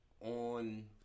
on